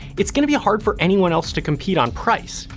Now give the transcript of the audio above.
it's gonna be hard for anyone else to compete on price.